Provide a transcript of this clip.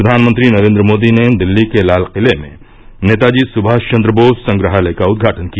प्रधानमंत्री नरेंद्र मोदी ने दिल्ली के लालकिले में नेताजी सुभाष चंद्र बोस संग्रहालय का उद्घाटन किया